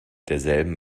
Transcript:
derselben